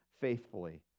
faithfully